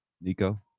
Nico